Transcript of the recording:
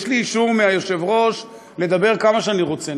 יש לי אישור מהיושב-ראש לדבר כמה שאני רוצה,